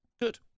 good